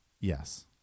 yes